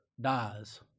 dies